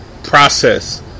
Process